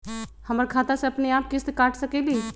हमर खाता से अपनेआप किस्त काट सकेली?